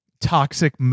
toxic